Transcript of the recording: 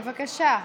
בבקשה.